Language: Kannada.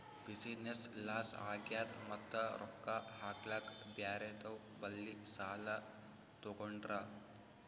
ಬಿಸಿನ್ನೆಸ್ ಲಾಸ್ ಆಗ್ಯಾದ್ ಮತ್ತ ರೊಕ್ಕಾ ಹಾಕ್ಲಾಕ್ ಬ್ಯಾರೆದವ್ ಬಲ್ಲಿ ಸಾಲಾ ತೊಗೊಂಡ್ರ